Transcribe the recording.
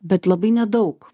bet labai nedaug